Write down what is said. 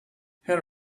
her